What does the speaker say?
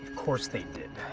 course they did.